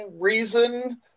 reason